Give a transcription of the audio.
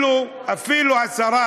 השרה